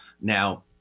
Now